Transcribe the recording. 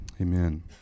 Amen